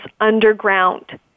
underground